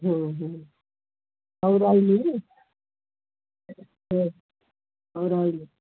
ହଁ ହଁ ହଉ ରହିଲି ହଁ ହଉ ରହିଲି